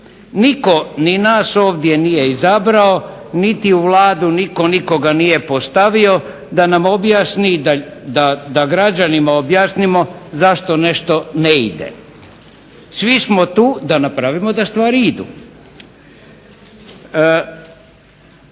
Nitko ni nas ovdje nije izabrao niti u Vladu nitko nikoga nije postavio da nam objasni da građanima objasnimo zašto nešto ne ide. Svi smo tu da napravimo da stvari idu.